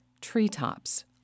treetops